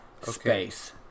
space